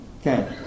Okay